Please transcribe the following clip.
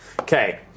Okay